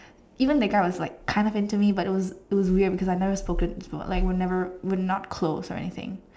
even that guy was like kind of into me but it was it was weird because I never spoken before like we're never we're not close or anything